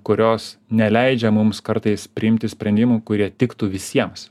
kurios neleidžia mums kartais priimti sprendimų kurie tiktų visiems